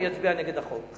אני אצביע נגד החוק.